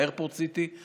באיירפורט סיטי,